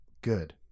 good